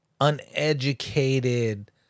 uneducated